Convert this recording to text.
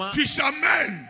fishermen